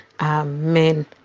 Amen